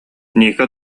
ника